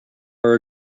are